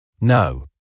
No